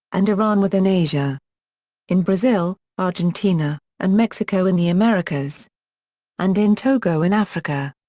and iran within asia in brazil, argentina, and mexico in the americas and in togo in africa.